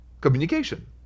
communication